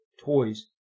Toys